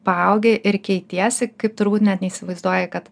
paaugi ir keitiesi kaip turbūt net neįsivaizduoji kad